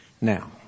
Now